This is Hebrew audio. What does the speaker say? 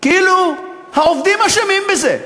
כאילו העובדים אשמים בזה.